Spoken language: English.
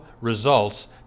results